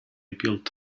built